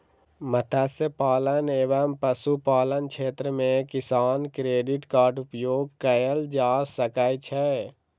मत्स्य पालन एवं पशुपालन क्षेत्र मे किसान क्रेडिट कार्ड उपयोग कयल जा सकै छै